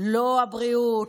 לא הבריאות,